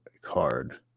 card